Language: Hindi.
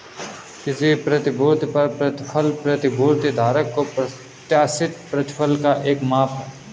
किसी प्रतिभूति पर प्रतिफल प्रतिभूति धारक को प्रत्याशित प्रतिफल का एक माप है